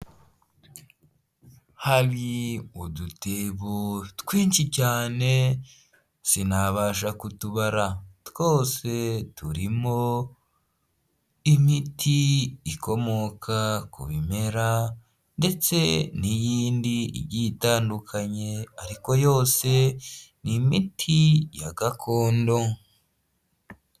Hari udutebo twinshi cyane sinabasha kutubara twose turimo imiti ikomoka ku bimera ndetse n'iyindi igiye itandukanye ariko yose ni imiti ya gakondo.